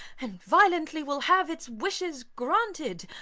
and violently will have its wishes granted!